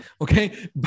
okay